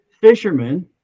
fishermen